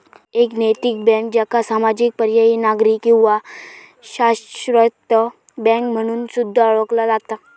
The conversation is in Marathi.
एक नैतिक बँक, ज्याका सामाजिक, पर्यायी, नागरी किंवा शाश्वत बँक म्हणून सुद्धा ओळखला जाता